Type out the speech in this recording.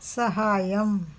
సహాయం